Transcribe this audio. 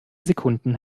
sekunden